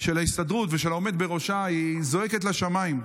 של ההסתדרות ושל העומד בראשה זועקת לשמיים.